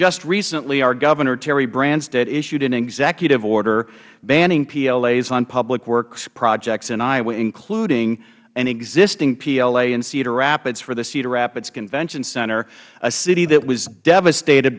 just recently our governor terry branstead issued an executive order banning plas on public works projects in iowa including an existing pla in cedar rapids for the cedar rapids convention center a city that was devastated